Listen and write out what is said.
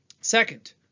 Second